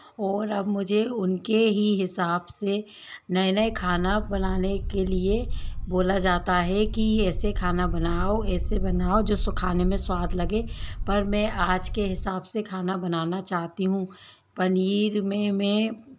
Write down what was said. और अब मुझे उनके ही हिसाब से नए नए खाना बनाने के लिए बोला जाता है कि ऐसा खाना बनाओ ऐसे बनाओ जो सुखाने में स्वाद लगे पर मैं आज के हिसाब से खाना बनाना चाहती हूँ पनीर में मैं